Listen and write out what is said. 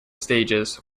stages